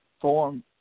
form